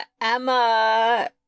Emma